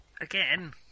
Again